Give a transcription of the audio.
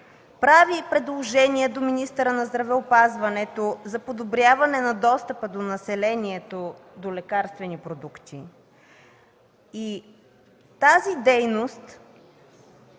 прави предложения до министъра на здравеопазването за подобряване на достъпа на населението до лекарствени продукти и тази дейност,